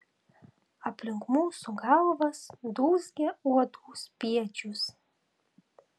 aplink mūsų galvas dūzgia uodų spiečius